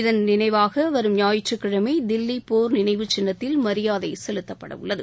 இதன் நினைவாக வரும் ஞாயிற்றுக் கிழமை தில்லி போர் நினைவுச் சின்னத்தில் மரியாதை செலுத்தப்படவுள்ளது